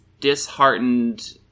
disheartened